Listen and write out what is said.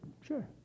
sure